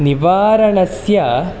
निवारणस्य